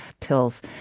pills